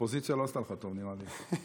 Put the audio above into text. האופוזיציה לא עשתה לך טוב, נראה לי.